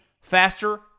faster